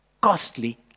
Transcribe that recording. costly